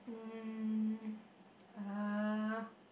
um uh